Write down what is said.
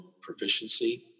proficiency